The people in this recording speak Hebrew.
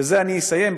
בזה אני אסיים,